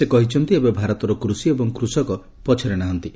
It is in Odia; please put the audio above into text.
ସେ କହିଛନ୍ତି ଏବେ ଭାରତର କୃଷି ଏବଂ କୃଷକ ପଛରେ ନାହାନ୍ତି